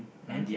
mmhmm